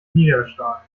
niedergeschlagen